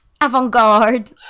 Avant-garde